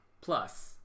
Plus